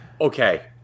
Okay